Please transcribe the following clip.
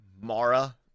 Mara